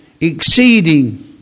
exceeding